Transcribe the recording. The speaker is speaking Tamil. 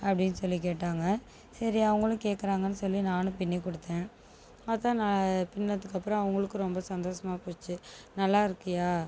அப்படினு சொல்லி கேட்டாங்க சரி அவங்களும் கேட்குறாங்கனு சொல்லி நானு பின்னி கொடுத்தேன் பார்த்தா நான் பின்னதுக்கு அப்புறம் அவங்களுக்கும் ரொம்ப சந்தோசமாக போச்சு நல்லாருக்குயா